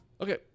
Okay